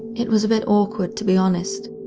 it was a bit awkward to be honest,